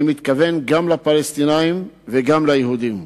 אני מתכוון גם לפלסטינים וגם ליהודים.